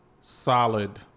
solid